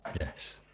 Yes